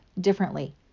differently